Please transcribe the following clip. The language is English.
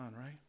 right